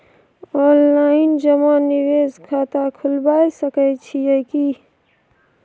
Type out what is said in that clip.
Online जमा निवेश खाता खुलाबय सकै छियै की?